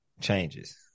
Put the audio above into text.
changes